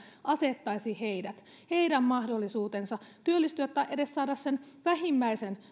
asettaisi heidät heidän mahdollisuutensa työllistyä tai edes saada se vähimmäinen